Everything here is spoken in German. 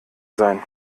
sein